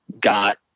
got